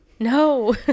no